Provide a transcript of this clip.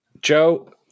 Joe